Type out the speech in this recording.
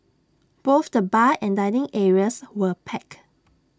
both the bar and dining areas were packed